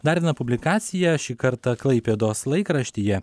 dar viena publikacija šį kartą klaipėdos laikraštyje